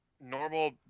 normal